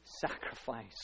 sacrifice